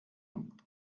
und